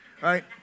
Right